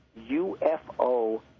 UFO